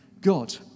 God